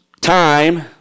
time